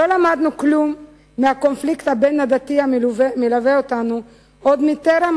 לא למדנו כלום מהקונפליקט הבין-עדתי המלווה אותנו עוד מטרם